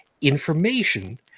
information